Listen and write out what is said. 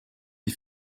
die